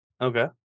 Okay